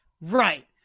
Right